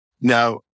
Now